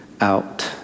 out